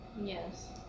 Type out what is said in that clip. Yes